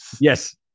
Yes